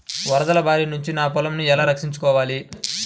వరదల భారి నుండి నా పొలంను ఎలా రక్షించుకోవాలి?